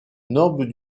noble